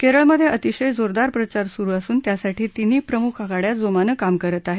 केरळमध्ये अतिशय जोरदार प्रचार सुरू असून त्यासाठी तिन्ही प्रमुख आघाड्या जोमानं काम करत आहेत